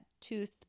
tooth